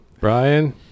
brian